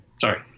Sorry